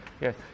Yes